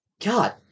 God